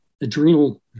adrenal